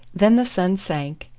then the sun sank,